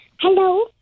Hello